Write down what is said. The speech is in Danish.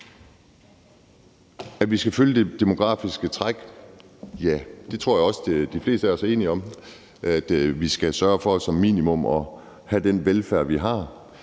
At vi skal følge det demografiske træk, tror jeg også de fleste af os er enige om, altså at vi som minimum skal sørge for at have den velfærd, vi har,